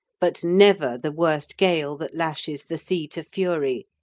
but never the worst gale that lashes the sea to fury,